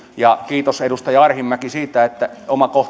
ja kiitos edustaja arhinmäki siitä että